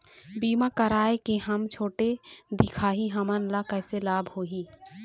बीमा कराए के हम छोटे दिखाही हमन ला कैसे लाभ होही?